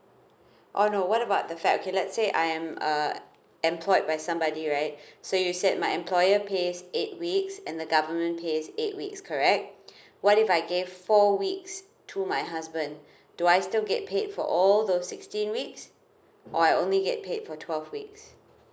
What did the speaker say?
oh no what about the fact that okay let's say I am uh employed by somebody right so you said my employer pays eight weeks and the government pays eight weeks correct what if I gave four weeks to my husband do I still get paid for all those sixteen weeks or I only get paid for twelve weeks